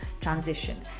transition